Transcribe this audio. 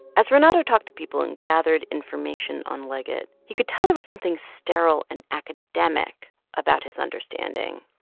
as renato talked to people and gathered information on liget, he could tell there was something sterile and academic about his understanding